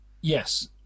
Yes